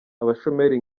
abashomeri